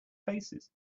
faces